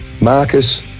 Marcus